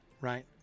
right